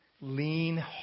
lean